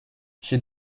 she